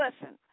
listen